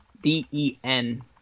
D-E-N